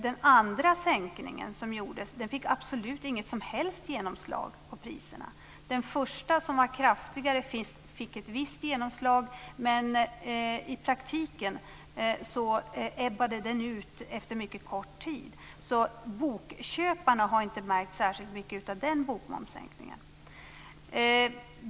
Den andra sänkningen som gjordes fick absolut inget som helst genomslag på priserna. Den första sänkningen, som var kraftigare, fick ett visst genomslag, men i praktiken ebbade den ut efter mycket kort tid. Bokköparna har alltså inte märkt särskilt mycket av den bokmomssänkningen.